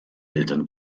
eltern